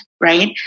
right